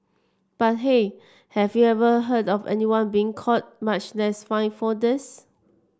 but hey have you ever heard of anyone being caught much less fined for this